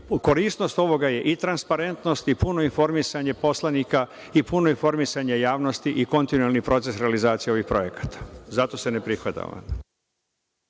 korisnost ovoga je i transparentnost i puno informisanje poslanika i puno informisanje javnosti i kontinuelni proces realizacije ovih projekata. Zato se ne prihvata